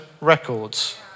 records